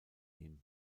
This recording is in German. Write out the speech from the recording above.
ihm